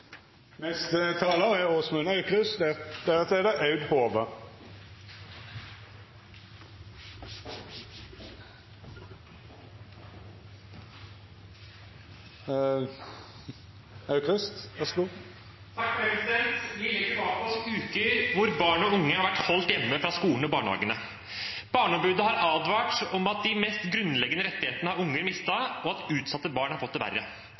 Vi legger bak oss uker hvor barn og unge har vært holdt hjemme fra skole og barnehage. Barneombudet har advart om at barna har mistet de mest grunnleggende rettigheter, og at utsatte barn har fått det verre.